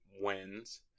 wins